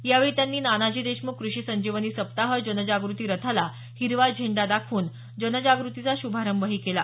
यावेळी त्यांनी नानाजी देशमुख क्रषी संजीवनी सप्ताह जनजागृती रथाला हिरवा झेंडा दाखवून जनजागृतीचा श्रभारंभही केला